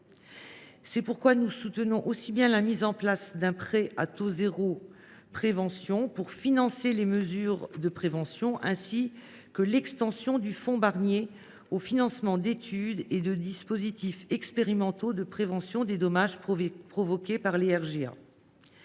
C’est pourquoi nous soutenons non seulement la mise en place d’un prêt à taux zéro pour financer les mesures de prévention, mais aussi l’extension du fonds Barnier au financement d’études et de dispositifs expérimentaux de prévention des dommages provoqués par les RGA.